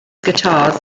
guitars